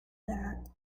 that